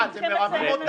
אתם מרמים אותנו?